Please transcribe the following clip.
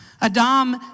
Adam